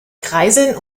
kreiseln